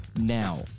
now